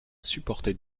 supportait